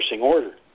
order